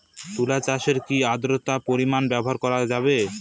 তুলা চাষে কি আদ্রর্তার পরিমাণ ব্যবহার করা যাবে?